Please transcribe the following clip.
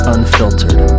Unfiltered